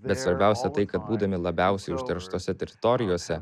bet svarbiausia tai kad būdami labiausiai užterštose teritorijose